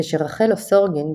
כשרחל אוסורגין,